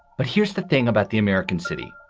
but here's the thing about the american city.